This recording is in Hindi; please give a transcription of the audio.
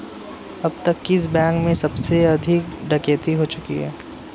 अब तक किस बैंक में सबसे अधिक डकैती हो चुकी है?